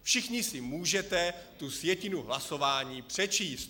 Všichni si můžete tu sjetinu hlasování přečíst.